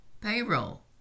payroll